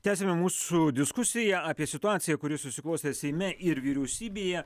tęsiame mūsų diskusiją apie situaciją kuri susiklostė seime ir vyriausybėje